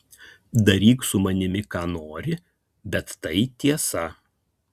daryk su manimi ką nori bet tai tiesa